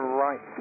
right